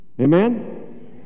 Amen